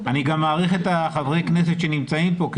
אני גם מעריך את חברי הכנסת שנמצאים כאן כי